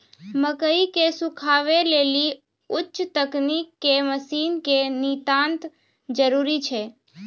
मकई के सुखावे लेली उच्च तकनीक के मसीन के नितांत जरूरी छैय?